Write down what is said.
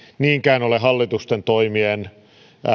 niinkään ole hallituksen toimien